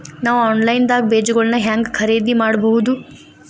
ನಾವು ಆನ್ಲೈನ್ ದಾಗ ಬೇಜಗೊಳ್ನ ಹ್ಯಾಂಗ್ ಖರೇದಿ ಮಾಡಬಹುದು?